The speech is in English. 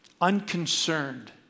unconcerned